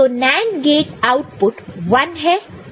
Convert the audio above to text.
तो NAND gate output 1 है